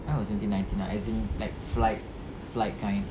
I was only nineteen ah as in like flight flight kind